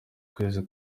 kwezi